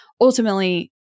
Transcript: ultimately